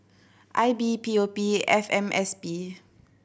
I B P O P F M S P